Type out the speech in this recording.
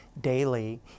daily